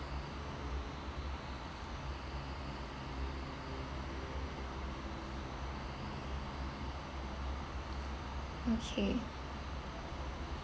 okay